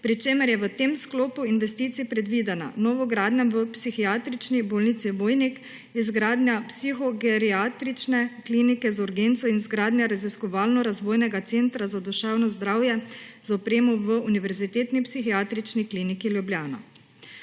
pri čemer je v tem sklopu investicij predvidena novogradnja v Psihiatrični bolnišnici Vojnik, izgradnja Psihogeriatrične klinike z urgenco in izgradnja raziskovalno-razvojnega centra za duševno zdravje z opremo v Univerzitetni psihiatrični kliniki Ljubljana.